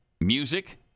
Music